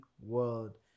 world